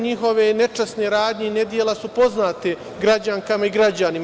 Njihove nečasne radnje i nedela su poznata građankama i građanima.